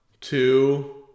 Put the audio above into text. two